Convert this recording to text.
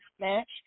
match